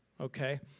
okay